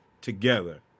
together